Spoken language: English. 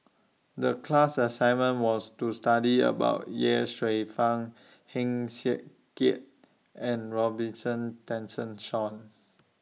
The class assignment was to study about Ye Shufang Heng Swee Keat and Robin Tessensohn